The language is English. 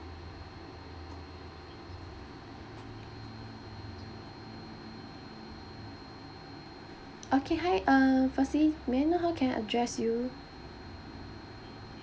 okay hi uh firstly may I know how can I address you